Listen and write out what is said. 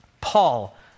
Paul